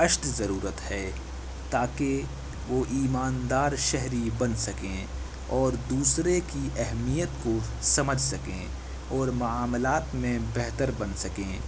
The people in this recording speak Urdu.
اشد ضرورت ہے تاکہ وہ ایمان دار شہری بن سکیں اور دوسرے کی اہمیت کو سمجھ سکیں اور معاملات میں بہتر بن سکیں